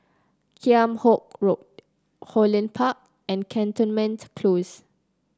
Kheam Hock Road Holland Park and Cantonment Close